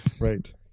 Right